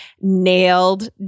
nailed